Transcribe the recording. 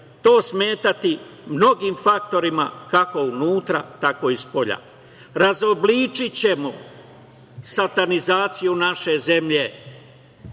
to smetati mnogim faktorima kako unutra, tako i spolja. Razobličićemo satanizaciju naše zemlje,